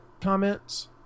comments